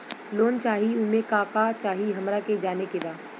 Loan चाही उमे का का चाही हमरा के जाने के बा?